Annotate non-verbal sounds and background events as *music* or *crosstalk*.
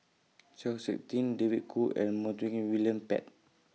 *noise* Chng Seok Tin David Kwo and Montague William Pett